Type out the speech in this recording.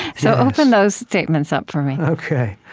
so open those statements up for me ok,